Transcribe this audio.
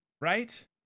right